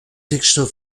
textes